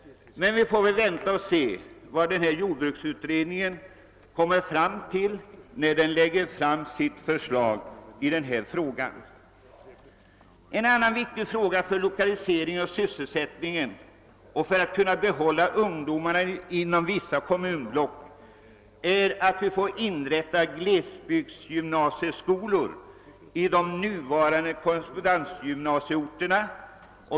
Men vi får väl vänta och se vilket resultat jordbruksutredningen kommer till när den lägger fram sitt förslag i denna fråga. En annan viktig insats för lokalisering och sysselsättning och för att vi skall kunna behålla ungdomarna inom vissa kommunblock är att inrätta glesbygdsgymnasieskolor på de nuvarande korrespondensgymnasieorterna.